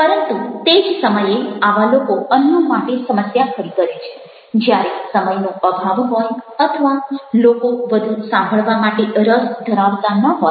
પરંતુ તે જ સમયે આવા લોકો અન્યો માટે સમસ્યા ખડી કરે છે જ્યારે સમયનો અભાવ હોય અથવા લોકો વધુ સાંભળવા માટે રસ ધરાવતા ન હોય